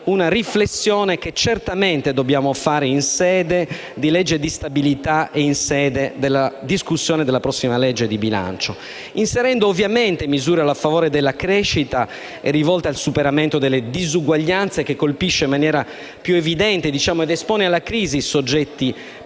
una riflessione che certamente dobbiamo fare in sede di discussione della legge di stabilità e della prossima legge di bilancio, inserendo misure a favore della crescita e rivolte al superamento delle disuguaglianze che colpiscono in maniera più evidente ed espone alla crisi i soggetti